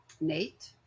Nate